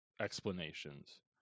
explanations